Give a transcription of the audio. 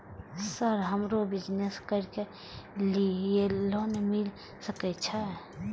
Sir हमरो business करके ली ये लोन मिल सके छे?